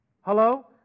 Hello